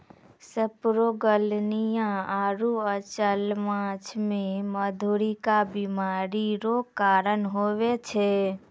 सेपरोगेलनिया आरु अचल्य माछ मे मधुरिका बीमारी रो कारण हुवै छै